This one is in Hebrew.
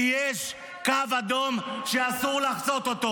כי יש קו אדום שאסור לחצות אותו.